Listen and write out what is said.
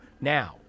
now